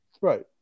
Right